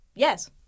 Yes